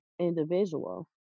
individual